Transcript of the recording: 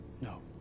No